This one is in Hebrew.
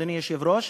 אדוני היושב-ראש,